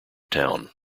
town